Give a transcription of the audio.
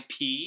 IP